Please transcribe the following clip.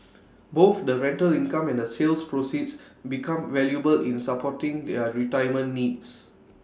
both the rental income and the sale proceeds become valuable in supporting their retirement needs